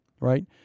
right